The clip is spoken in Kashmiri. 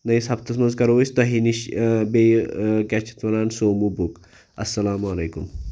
نٔوِس ہَفتَس منٛز کرو أسی تۄہےٖ نِش بیٚیہِ کیاہ چھِ اَتھ وَنان سوموٗ بُک اسلام علیکُم